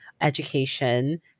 education